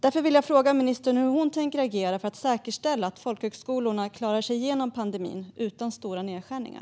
Därför vill jag fråga ministern hur hon tänker agera för att säkerställa att folkhögskolorna klarar sig igenom pandemin utan stora nedskärningar.